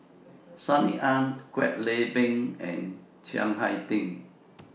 Sunny Ang Kwek Leng Beng and Chiang Hai Ding